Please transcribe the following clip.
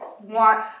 want